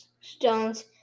stones